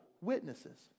witnesses